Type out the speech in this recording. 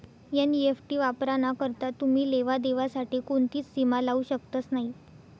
NEFT वापराना करता तुमी लेवा देवा साठे कोणतीच सीमा लावू शकतस नही